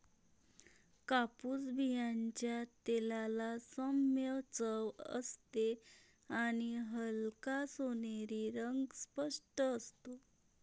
कापूस बियांच्या तेलाला सौम्य चव असते आणि हलका सोनेरी रंग स्पष्ट असतो